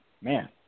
man